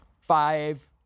five